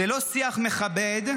זה לא שיח מכבד.